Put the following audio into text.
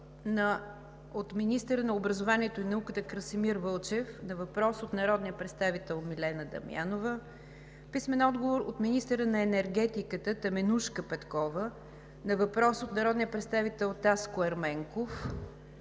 Дамянова; - министъра на енергетиката Теменужка Петкова на въпрос от народния представител Таско Ерменков;